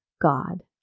God